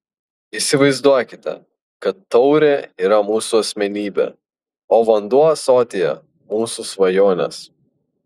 įsivaizduokite kad taurė yra mūsų asmenybė o vanduo ąsotyje mūsų svajonės